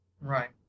Right